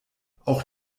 auch